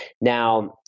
Now